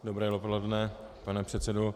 Dobré dopoledne, pane předsedo.